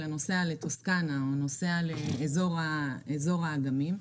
אלא נוסע לסטוסקנה או לאזור האגמים.